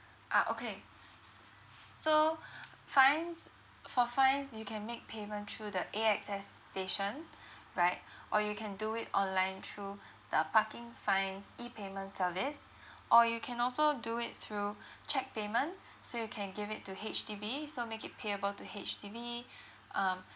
ah okay s~ so fines for fines you can make payment through the A_X_S station right or you can do it online through the parking fines E payment service or you can also do it through cheque payment so you can give it to H_D_B so make it payable to H_D_B um